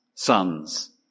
Sons